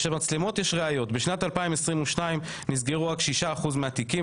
בשנת 2022 נסגרו רק 6% מהתיקים,